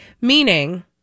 Meaning